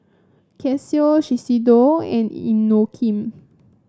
Casio Shiseido and Inokim